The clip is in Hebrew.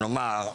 כלומר,